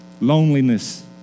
loneliness